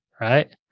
Right